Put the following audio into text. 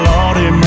Lordy